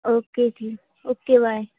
okay جی okay باے